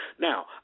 now